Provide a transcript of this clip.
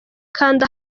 kanda